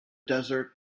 desert